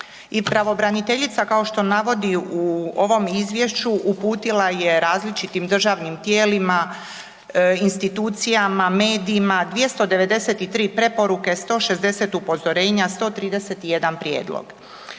pravobraniteljica kao što navodi u ovom Izvješću uputila je različitim državnim tijelima, institucijama, medijima 293 preporuke, 160 upozorenja, 131 prijedlog.